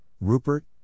Rupert